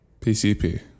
PCP